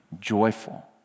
joyful